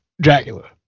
Dracula